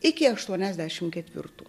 iki aštuoniasdešim ketvirtų